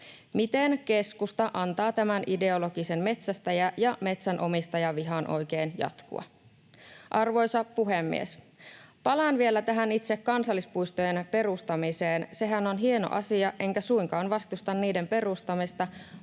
Miten keskusta antaa tämän ideologisen metsästäjä- ja metsänomistajavihan oikein jatkua? Arvoisa puhemies! Palaan vielä tähän itse kansallispuistojen perustamiseen. Sehän on hieno asia, enkä suinkaan vastusta niiden perustamista,